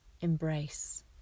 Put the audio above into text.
embrace